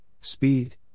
Speed